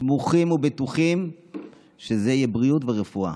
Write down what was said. סמוכים ובטוחים שזה יהיה לבריאות ולרפואה.